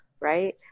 right